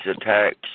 attacks